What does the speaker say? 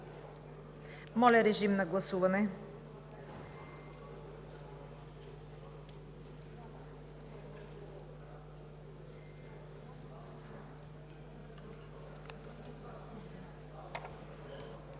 Моля, режим на гласуване